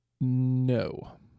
no